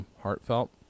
heartfelt